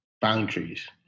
boundaries